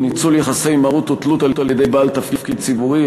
ניצול יחסי מרות או תלות על-ידי בעל תפקיד ציבורי),